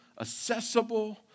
accessible